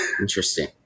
Interesting